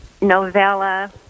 novella